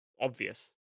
obvious